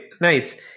nice